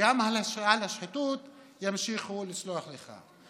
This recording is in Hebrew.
גם על השחיתות ימשיכו לסלוח לך.